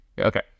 Okay